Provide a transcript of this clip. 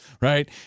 right